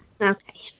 Okay